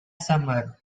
summer